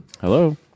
Hello